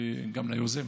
וגם ליוזם.